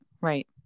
right